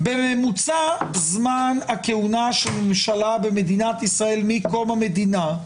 בממוצע זמן כהונה של ממשלה במדינת ישראל מקום המדינה,